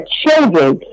children